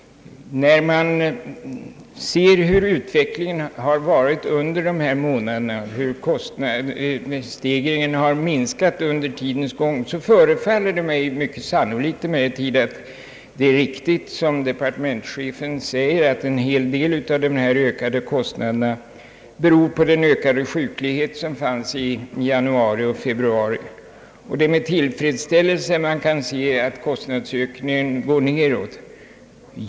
När man nu kan konstatera att kostnadsstegringen. under de här månaderna har minskat, förefaller det mig i hög grad sannolikt att det är riktigt, som departementschefen säger, att en hel del av dessa ökade kostnader beror på den ökade sjukligheten under januari och februari, och det är med tillfredsställelse som man kan notera att kostnadsökningen nu går nedåt.